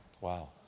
Wow